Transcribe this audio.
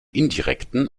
indirekten